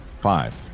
Five